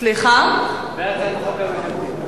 מהצעת החוק הממשלתית.